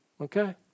okay